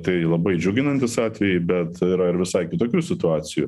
tai labai džiuginantys atvejai bet yra ir visai kitokių situacijų